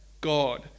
God